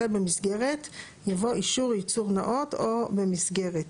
אחרי "במסגרת" יבוא "אישור ייצור נאות או במסגרת";